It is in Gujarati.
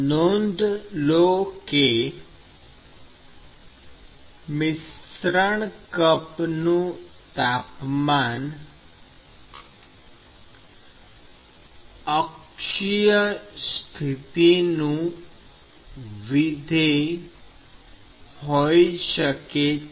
નોંધ લો કે મિશ્રણ કપનું તાપમાન અક્ષીય સ્થિતિનું વિધેય હોઈ શકે છે